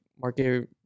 market